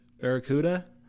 Barracuda